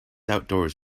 outdoors